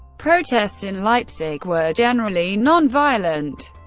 protests in leipzig were generally non-violent.